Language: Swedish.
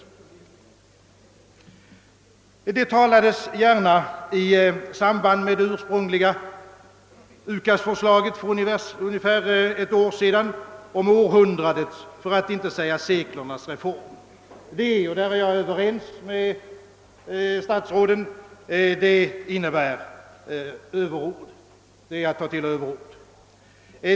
Det talades i samband med presentationen av det ursprungliga UKAS-förslaget för ungefär ett år sedan om århundradets för att inte säga seklernas reform. Detta är — därvidlag är jag överens med statsråden — att ta till överord.